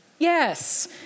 Yes